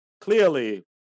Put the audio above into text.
clearly